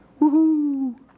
Woohoo